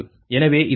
எனவே இது 0 1